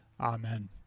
Amen